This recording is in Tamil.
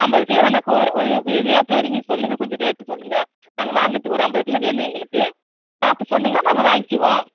ஐம்பது கிலோ வெலை கோர் ஒரு ஏத்தி இறங்கி சொல்லுங்க கொஞ்சம் ரேட் சொல்லுங்க நாங்கள் வாங்குறதுக்கு ஒரு ஐம்பது கிலோ வேணும் எங்களுக்கு பார்த்து சொன்னீங்கன்னா நாங்கள் வாங்கிக்குவோம்